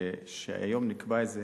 שהיום נקבע איזה